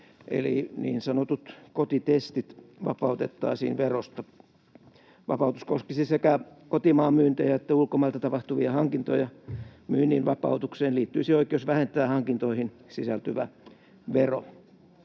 eli niin sanotut kotitestit vapautettaisiin verosta. Vapautus koskisi sekä kotimaan myyntejä että ulkomailta tapahtuvia hankintoja. Myynnin vapautukseen liittyisi oikeus vähentää hankintoihin sisältyvä vero.